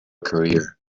career